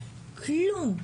כלום,